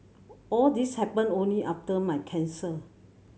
all these happened only after my cancer